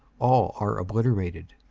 all are obliterated.